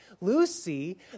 Lucy